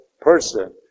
person